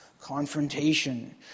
confrontation